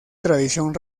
tradición